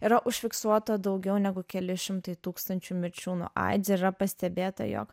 yra užfiksuota daugiau negu keli šimtai tūkstančių mirčių nuo aids yra pastebėta jog